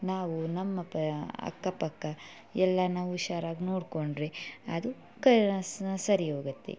ನಾವು ನಮ್ಮ ಪ ಅಕ್ಕ ಪಕ್ಕ ಎಲ್ಲಾನು ಹುಷಾರಾಗ್ ನೋಡ್ಕೊಂಡರೆ ಅದು ಕ ಸರಿ ಹೋಗುತ್ತೆ